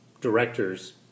directors